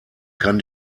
kann